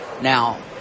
Now